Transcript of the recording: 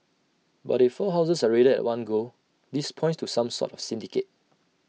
but if four houses are raided at one go this points to some sort of syndicate